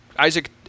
Isaac